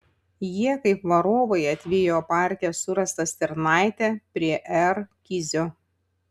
jie kaip varovai atvijo parke surastą stirnaitę prie r kizio